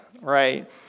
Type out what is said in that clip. right